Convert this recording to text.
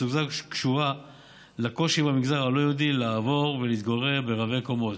סוגיה זו קשורה לקושי במגזר הלא-יהודי לעבור ולהתגורר ברבי-קומות.